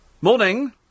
Morning